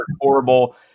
horrible